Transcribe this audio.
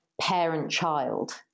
parent-child